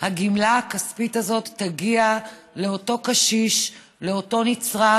הגמלה הכספית הזאת תגיע לאותו קשיש, לאותו נצרך,